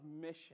mission